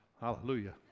hallelujah